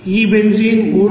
ఈ బెంజీన్ 368